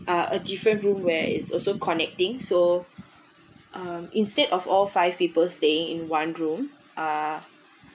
uh a different room where is also connecting so mm instead of all five people staying in one room uh